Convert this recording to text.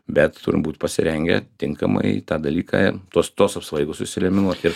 bet turbūt pasirengę tinkamai tą dalyką tuos tuos apsvaigusius reanimuot ir